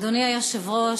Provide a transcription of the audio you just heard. אדוני היושב-ראש,